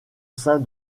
sein